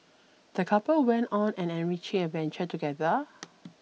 the couple went on an enriching adventure together